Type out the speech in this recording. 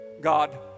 God